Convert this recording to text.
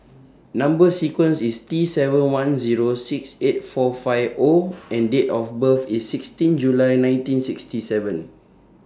Number sequence IS T seven one Zero six eight four five O and Date of birth IS sixteen July nineteen sixty seven